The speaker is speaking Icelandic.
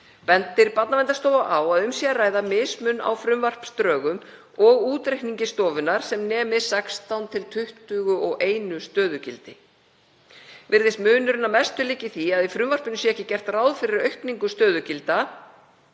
Bendir Barnaverndarstofa á að um sé að ræða mismun á frumvarpsdrögum og útreikningi stofunnar sem nemi 16–21 stöðugildi. Virðist munurinn að mestu liggja í því að í frumvarpinu sé ekki gert ráð fyrir aukningu stöðugilda